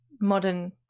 modern